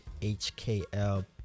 hkl